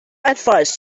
advise